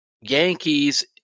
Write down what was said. Yankees